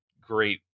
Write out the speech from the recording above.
great